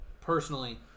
Personally